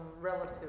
relative